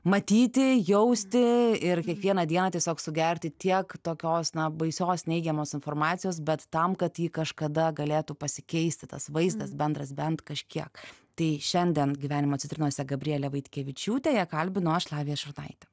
matyti jausti ir kiekvieną dieną tiesiog sugerti tiek tokios baisios neigiamos informacijos bet tam kad ji kažkada galėtų pasikeisti tas vaizdas bendras bent kažkiek tai šiandien gyvenimo citrinose gabrielę vaitkevičiūtę ją kalbinu aš lavija šurnaitė